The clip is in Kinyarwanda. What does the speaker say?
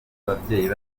ababyeyi